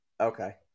Okay